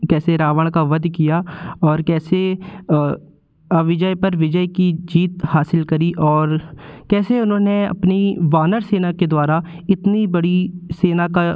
कैसे रावण का वध किया और कैसे अविजय पर विजय की जीत हासिल करी और कैसे उन्होंने अपनी वानर सेना के द्वारा इतनी बड़ी सेना का